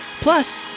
Plus